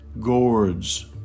Gourds